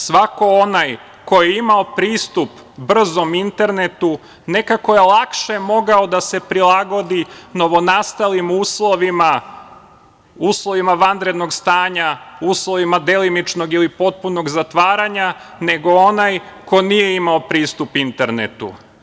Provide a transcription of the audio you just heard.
Svako onaj ko je imao pristup brzom internetu nekako je lakše mogao da se prilagodi novonastalim uslovima vanrednog stanja, uslovima delimičnog ili potpunog zatvaranja, nego onaj ko nije imao pristup internetu.